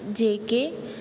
जेके